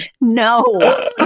No